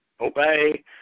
obey